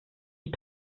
die